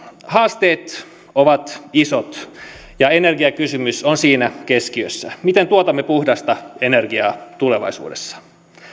haasteet ovat isot ja energiakysymys on siinä keskiössä miten tuotamme puhdasta energiaa tulevaisuudessa